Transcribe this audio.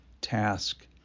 task